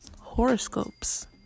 horoscopes